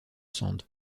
sand